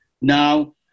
now